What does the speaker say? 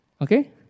Okay